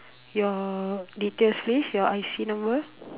your details please your I_C number